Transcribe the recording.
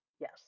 Yes